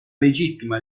legittima